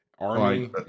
army